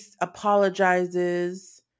apologizes